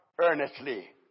earnestly